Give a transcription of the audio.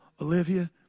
Olivia